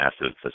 massive